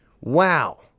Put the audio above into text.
Wow